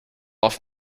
off